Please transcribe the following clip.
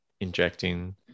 Injecting